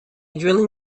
drilling